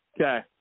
okay